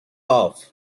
off